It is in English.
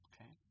Okay